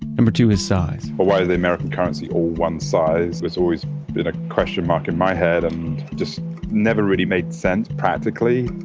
and but two is size but why is american currency all one size? there's always been a question mark in my head, and it just never really made sense practically,